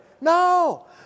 No